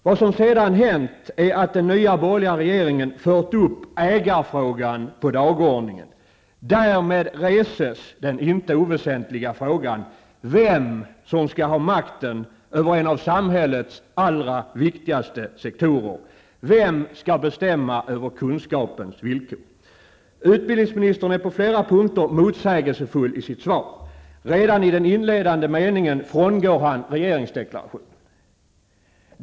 Vad som sedan hänt är att den nya borgerliga regeringen fört upp ägarfrågan på dagordningen. Därmed reses den inte oväsentliga frågan vem som skall ha makten över en av samhällets allra viktigaste sektorer. Vem skall bestämma över kunskapens villkor? Utbildningsministern är på flera punkter motsägelsefull i sitt svar. Redan i den inledande meningen frångår han regeringsdeklarationen.